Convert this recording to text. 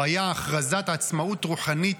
הוא היה הכרזת עצמאות רוחנית,